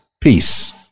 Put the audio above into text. Peace